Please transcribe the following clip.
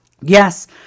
Yes